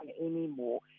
anymore